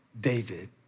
David